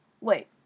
Wait